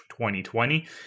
2020